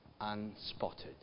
unspotted